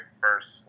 first